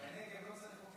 בנגב לא צריך חוק